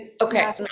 Okay